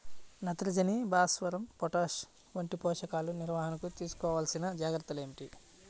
నత్రజని, భాస్వరం, పొటాష్ వంటి పోషకాల నిర్వహణకు తీసుకోవలసిన జాగ్రత్తలు ఏమిటీ?